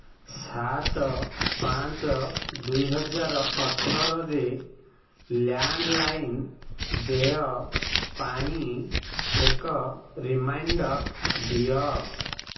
ସାତ ପାଞ୍ଚ ଦୁଇ ହଜାର ଅଠରରେ ଲ୍ୟାଣ୍ଡ୍ଲାଇନ୍ ଦେୟ ପାଇଁ ଏକ ରିମାଇଣ୍ଡର୍ ଦିଅ